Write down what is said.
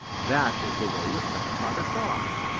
that is the way with grandfather frog.